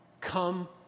come